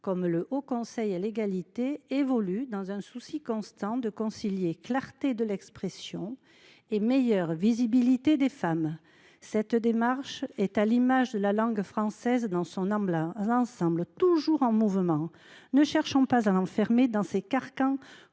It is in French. entre les femmes et les hommes évoluent, dans un souci constant de concilier clarté de l’expression et meilleure visibilité des femmes. Cette démarche est à l’image de la langue française dans son ensemble, toujours en mouvement. Ne cherchons pas à l’enfermer dans des carcans